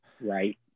right